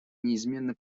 неизменно